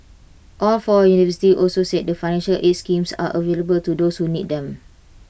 all four universities also said that financial aids schemes are available to those who need them